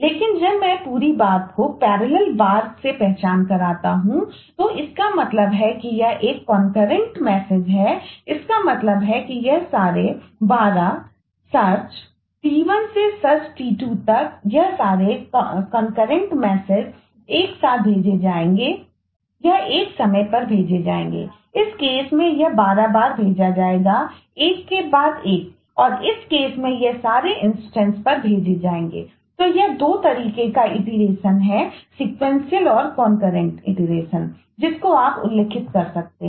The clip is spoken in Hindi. लेकिन जब मैं पूरी बात को पैरलल बार जिसको आप उल्लिखित कर सकते हैं